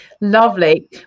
Lovely